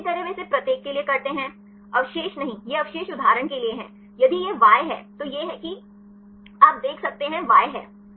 तो इसी तरह वे इसे प्रत्येक के लिए करते हैं अवशेष नहीं यह अवशेष उदाहरण के लिए है यदि यह Y है तो यह है कि आप देख सकते हैं ये Y हैं